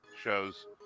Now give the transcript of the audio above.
shows